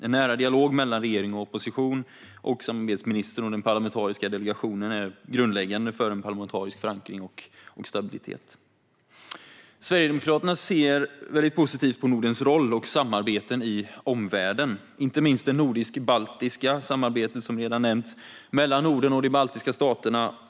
En nära dialog mellan regering och opposition och samarbetsministern och den parlamentariska delegationen är grundläggande för en parlamentarisk förankring och stabilitet. Sverigedemokraterna ser väldigt positivt på Nordens roll och samarbeten i omvärlden, inte minst det nordisk-baltiska samarbetet, som redan nämnts, mellan Norden och de baltiska staterna.